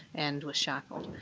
and was shackled.